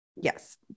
Yes